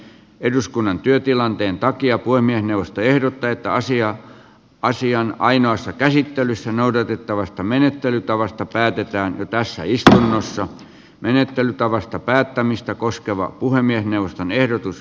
eduskunnan työtilanteen takia puhemiesneuvosto ehdottaa että asian ainoassa käsittelyssä noudatettavasta menettelytavasta päätetään jo tässä istunnossa menettelytavasta päättämistä koskeva puhemiesneuvoston ehdotus